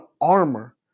armor